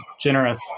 generous